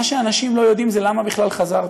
מה שאנשים לא יודעים זה למה בכלל חזרתי.